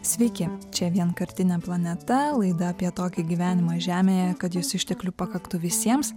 sveiki čia vienkartinė planeta laida apie tokį gyvenimą žemėje kad jos išteklių pakaktų visiems